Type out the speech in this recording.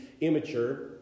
immature